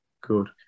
good